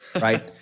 right